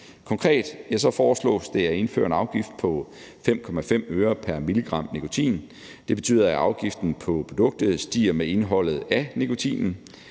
Konkret foreslås det at indføre en afgift på 5,5 øre pr. milligram nikotin. Det betyder, at afgiften på produktet stiger med indholdet af nikotinen.